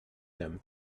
them